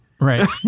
Right